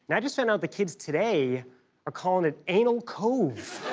and i just found out that kids today are calling it anal cove!